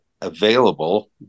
available